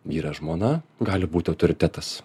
vyras žmona gali būt autoritetas